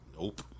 Nope